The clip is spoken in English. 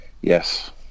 Yes